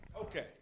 Okay